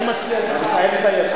אני מציע לך לסיים.